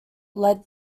led